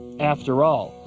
after all,